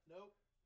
Nope